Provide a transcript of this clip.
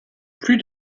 plus